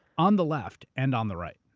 on the left and on the right.